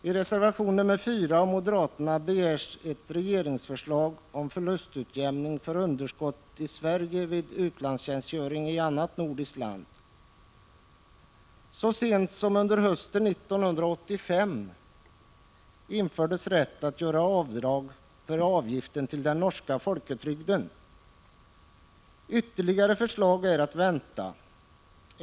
I reservation nr 4 av moderaterna begärs ett regeringsförslag om förlustutjämning för underskott i Sverige vid utlandstjänstgöring i annat nordiskt land. Så sent som hösten 1985 infördes rätt att göra avdrag för avgiften till den Norska Folketrygden. Ytterligare förslag är att vänta.